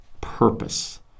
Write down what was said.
purpose